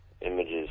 images